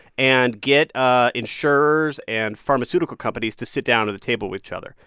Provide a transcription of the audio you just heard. and get ah insurers and pharmaceutical companies to sit down at the table with each other.